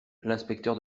l’inspecteur